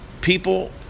People